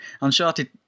Uncharted